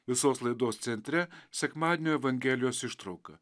visos laidos centre sekmadienio evangelijos ištrauka